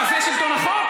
זה שלטון החוק?